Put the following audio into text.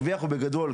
וירוויח בגדול.